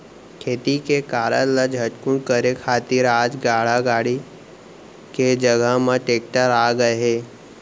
खेती के कारज ल झटकुन करे खातिर आज गाड़ा गाड़ी के जघा म टेक्टर आ गए हे